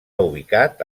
ubicat